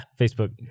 Facebook